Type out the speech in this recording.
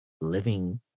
living